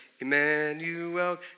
Emmanuel